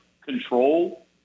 control